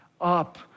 up